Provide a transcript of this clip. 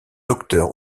docteur